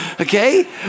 okay